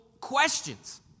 questions